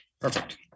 Perfect